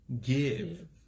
Give